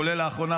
כולל לאחרונה,